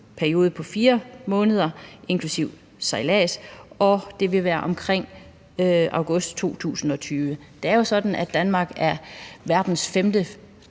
periode på 4 måneder inklusiv sejlads, og det vil være omkring august 2020. Det er jo sådan, at Danmark er verdens